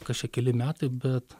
kas čia keli metai bet